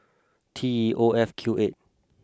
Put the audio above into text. T E O F Q eight